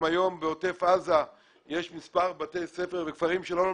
גם היום בעוטף עזה יש מספר בתי ספר וכפרים שלא לומדים.